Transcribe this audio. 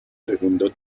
segundo